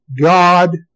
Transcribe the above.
God